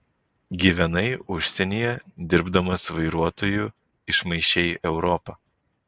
gyvenai užsienyje dirbdamas vairuotoju išmaišei europą